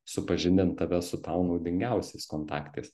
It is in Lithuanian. supažindint tave su tau naudingiausiais kontaktais